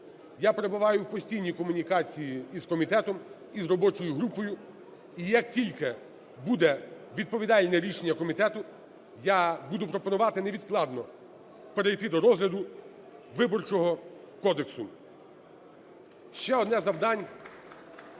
Я перебуваю в постійній комунікації і з комітетом, і з робочою групою, і як тільки буде відповідальне рішення комітету, я буду пропонувати невідкладно перейти до розгляду Виборчого кодексу. Ще одне з завдань,